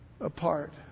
apart